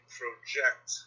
project